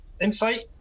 insight